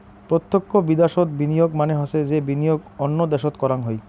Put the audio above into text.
প্রতক্ষ বিদ্যাশোত বিনিয়োগ মানে হসে যে বিনিয়োগ অন্য দ্যাশোত করাং হই